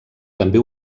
també